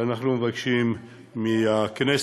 ואנחנו מבקשים מהכנסת